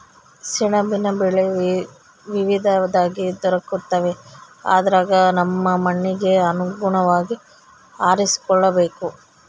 ಸೆಣಬಿನ ಬೆಳೆ ವಿವಿಧವಾಗಿ ದೊರಕುತ್ತವೆ ಅದರಗ ನಮ್ಮ ಮಣ್ಣಿಗೆ ಅನುಗುಣವಾಗಿ ಆರಿಸಿಕೊಳ್ಳಬೇಕು